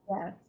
yes